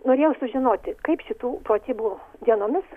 norėjau sužinoti kaip šitų pratybų dienomis